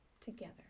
together